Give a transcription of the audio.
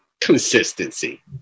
Consistency